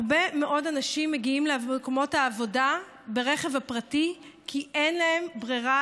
הרבה מאוד אנשים מגיעים למקומות העבודה ברכב הפרטי כי אין להם ברירה,